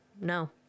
no